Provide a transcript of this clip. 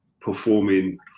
performing